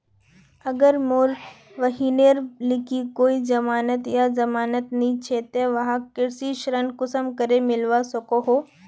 अगर मोर बहिनेर लिकी कोई जमानत या जमानत नि छे ते वाहक कृषि ऋण कुंसम करे मिलवा सको हो?